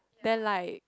then like